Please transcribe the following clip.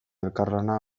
elkarlana